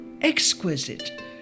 exquisite